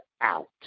out